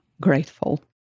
Grateful